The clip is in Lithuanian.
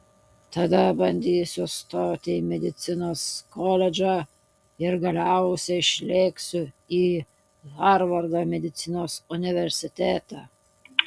tada bandysiu stoti į medicinos koledžą ir galiausiai išlėksiu į harvardo medicinos universitetą